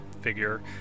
figure